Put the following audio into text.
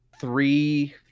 three